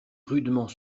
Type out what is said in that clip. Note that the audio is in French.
rudement